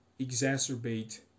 exacerbate